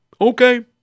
Okay